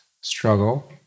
struggle